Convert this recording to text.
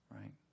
right